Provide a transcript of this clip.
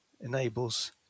enables